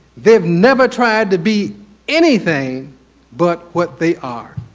they've never tried to be anything but what they are.